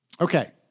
Okay